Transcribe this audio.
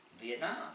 Vietnam